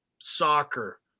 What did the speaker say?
soccer